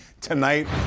tonight